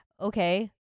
okay